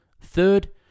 Third